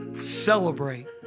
celebrate